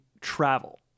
travel